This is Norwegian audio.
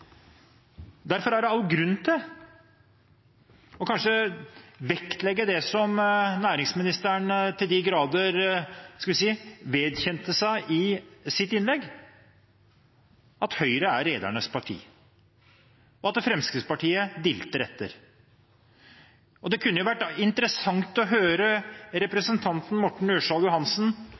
Derfor er det all grunn til å vektlegge det som næringsministeren til de grader vedkjente seg i sitt innlegg, at Høyre er redernes parti, og at Fremskrittspartiet dilter etter. Det kunne vært interessant å høre representanten Morten Ørsal Johansen